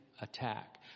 attack